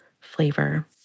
flavor